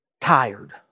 tired